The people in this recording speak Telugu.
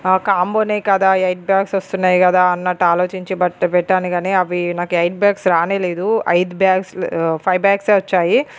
కాంబోనే కదా ఎయిట్ బ్యాగ్స్ వస్తున్నాయి కదా అన్నట్టు ఆలోచించి బట్ పెట్టాను కాని అవి నాకు ఎయిట్ బ్యాగ్స్ రానేలేదు ఆ ఎయిట్ బ్యాగ్స్ ఫైవ్ బ్యాగ్సే వచ్చాయి